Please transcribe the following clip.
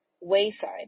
Wayside